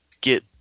get